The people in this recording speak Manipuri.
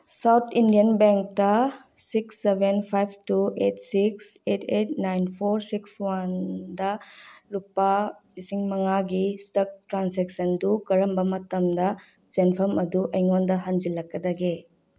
ꯁꯥꯎꯠ ꯏꯟꯗꯤꯌꯟ ꯕꯦꯡꯇ six seven five two eight six eight eight nine four six ꯋꯥꯟꯗ ꯂꯨꯄꯥ ꯂꯤꯁꯤꯡ ꯃꯉꯥꯒꯤ ꯏꯁꯇꯛ ꯇ꯭ꯔꯥꯟꯁꯦꯛꯁꯟꯗꯨ ꯀꯔꯝꯕ ꯃꯇꯝꯗ ꯁꯦꯟꯐꯝ ꯑꯗꯨ ꯑꯩꯉꯣꯟꯗ ꯍꯟꯖꯤꯜꯂꯛꯀꯗꯒꯦ